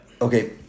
Okay